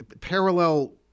parallel